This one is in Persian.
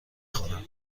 خورم